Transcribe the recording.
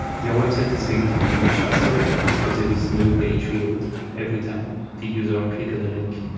your website is going to be much faster because there is no page reload every time the user click on the link.